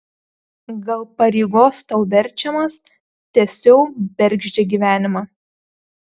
gal pareigos tau verčiamas tęsiau bergždžią gyvenimą